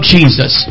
Jesus